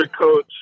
coach